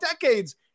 decades